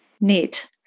Neat